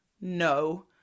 no